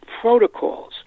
protocols